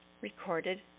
recorded